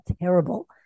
terrible